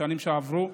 בשנים שעברו.